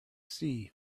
sea